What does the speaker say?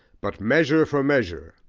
but measure for measure,